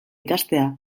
ikastea